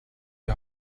die